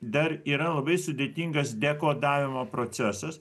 dar yra labai sudėtingas dekodavimo procesas